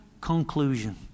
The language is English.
conclusion